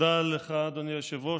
תודה לך, אדוני היושב-ראש.